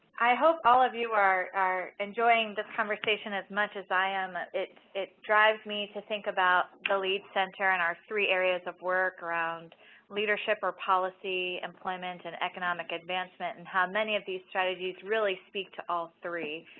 i hope all of you are enjoying this conversation as much as i am. it it drives me to think about the lead center and our three areas of work around leadership or policy employment and economic advancement and how many of these strategies really speak to all three.